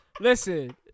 Listen